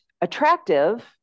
attractive